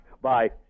Bye